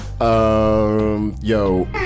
yo